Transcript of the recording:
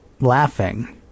laughing